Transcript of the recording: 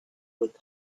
with